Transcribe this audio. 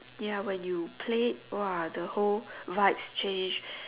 ya when you play !wah! the whole vibes change